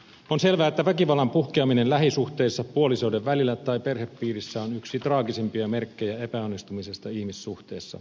on selvää että väkivallan puhkeaminen lähisuhteessa puolisoiden välillä tai perhepiirissä on yksi traagisimpia merkkejä epäonnistumisesta ihmissuhteessa